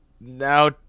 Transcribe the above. now